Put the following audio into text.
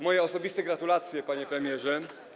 Moje osobiste gratulacje, panie premierze.